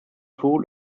pool